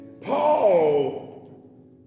Paul